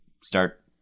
start